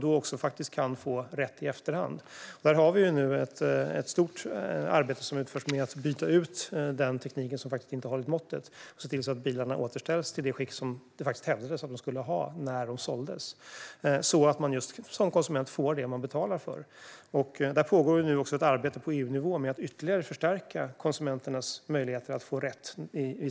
Där pågår det nu ett stort arbete med att byta ut den teknik som inte håller måttet för att se till att bilarna återställs till det skick som de skulle ha haft när de såldes, så att man som konsument får det som man betalar för. Det pågår ett arbete på EU-nivå för att ytterligare förstärka konsumenternas möjligheter att få rätt.